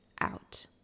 out